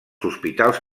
hospitals